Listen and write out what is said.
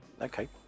Okay